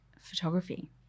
photography